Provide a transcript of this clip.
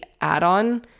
add-on